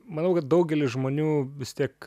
manau kad daugelis žmonių vis tiek